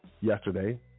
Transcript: yesterday